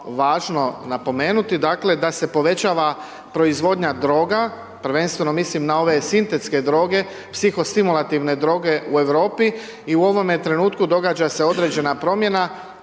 važno napomenuti dakle da se povećava proizvodnja droga, prvenstveno mislim na ove sintetske droge, psihosimulativne droge u Europi. I u ovome trenutku događa se određena promjena